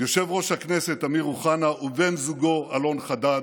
יושב-ראש הכנסת אמיר אוחנה ובן זוגו אלון חדד,